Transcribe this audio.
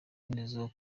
nizo